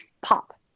pop